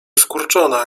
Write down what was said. skurczona